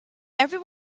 every